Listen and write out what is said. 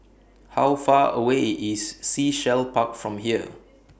How Far away IS Sea Shell Park from here